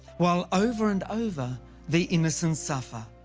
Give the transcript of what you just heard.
while over and over the innocents suffer.